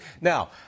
Now